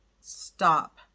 stop